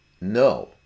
No